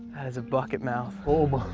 is a bucket mouth. oh,